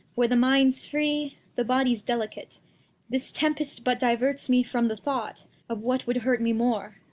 where the mind's free, the body's dehcate this tempest but diverts me from the thought of what would hurt me more.